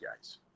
guys